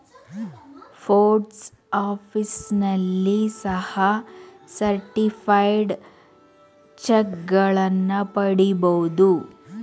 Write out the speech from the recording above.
post ಆಫೀಸ್ನಲ್ಲಿ ಸಹ certified ಚಕ್ಗಳನ್ನ ಪಡಿಬೋದು